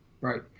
right